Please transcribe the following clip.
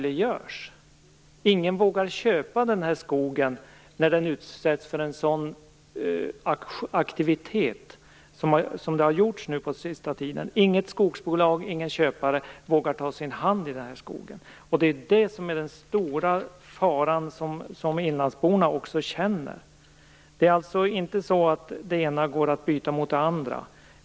Ingen vågar köpa denna skog efter att den har utsatts för en sådan aktivitet som den har gjort under den senaste tiden. Inget skogsbolag, ingen köpare, vågar ta sin hand i denna skog. Det är ju detta som är den stora faran som inlandsborna också upplever. Det är alltså inte så att det ena går att byta mot det andra.